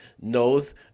knows